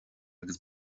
agus